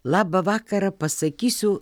labą vakarą pasakysiu